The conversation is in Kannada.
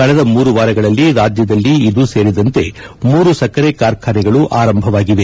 ಕಳೆದ ಮೂರು ವಾರಗಳಲ್ಲಿ ರಾಜ್ಯದಲ್ಲಿ ಇದೂ ಸೇರಿದಂತೆ ಮೂರು ಸಕ್ಕರೆ ಕಾರ್ಖಾನೆಗಳು ಆರಂಭವಾಗಿವೆ